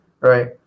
Right